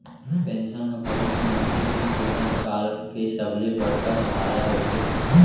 pension ह कोनो भी मनसे के बुड़हत काल के सबले बड़का सहारा होथे